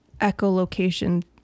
echolocation